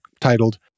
titled